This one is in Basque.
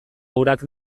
urak